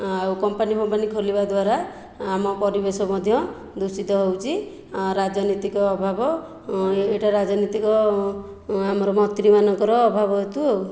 ଆଉ କମ୍ପାନୀଫମ୍ପାନୀ ଖୋଲିବା ଦ୍ୱାରା ଆମ ପରିବେଶ ମଧ୍ୟ ଦୂଷିତ ହେଉଛି ଆ ରାଜନୀତିକ ଅଭାବ ଏଇଟା ରାଜନୀତିକ ଆମର ମନ୍ତ୍ରୀମାନଙ୍କର ଅଭାବ ହେତୁ ଆଉ